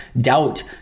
doubt